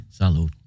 Salud